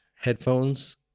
headphones